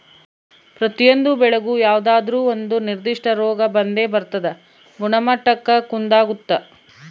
ಪ್ರತಿಯೊಂದು ಬೆಳೆಗೂ ಯಾವುದಾದ್ರೂ ಒಂದು ನಿರ್ಧಿಷ್ಟ ರೋಗ ಬಂದೇ ಬರ್ತದ ಗುಣಮಟ್ಟಕ್ಕ ಕುಂದಾಗುತ್ತ